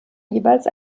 jeweils